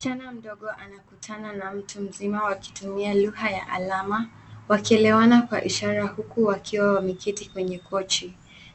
Msichana mdogo anakutana na mtu mzima wakitumia lugha ya alama wakielewana kwa ishara huku wakiwa wameketi kwenye kochi.